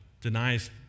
denies